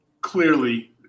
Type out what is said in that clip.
clearly